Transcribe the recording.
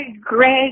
Greg